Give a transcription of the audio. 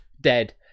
dead